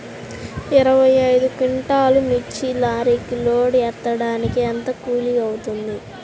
ఇరవై ఐదు క్వింటాల్లు మిర్చి లారీకి లోడ్ ఎత్తడానికి ఎంత కూలి అవుతుంది?